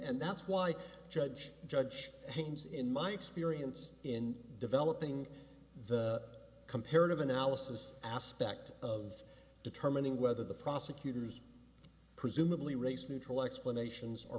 that's why judge judge haynes in my experience in developing the comparative analysis aspect of determining whether the prosecutor's presumably race neutral explanations